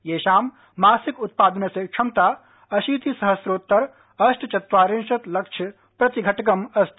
येषां मासिक उत्पादनस्य क्षमता अशीति सहस्रोत्तर अष्ट चत्वारिंशत् लक्षं प्रतिघटकम् अस्ति